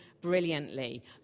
brilliantly